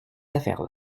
affaires